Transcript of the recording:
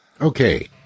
Okay